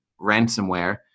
ransomware